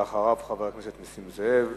לאחריו חבר הכנסת נסים זאב.